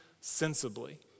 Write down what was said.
sensibly